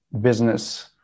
business